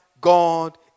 God